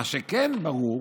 מה שכן ברור,